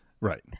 Right